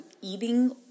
eating